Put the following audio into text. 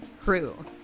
crew